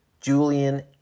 Julian